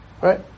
right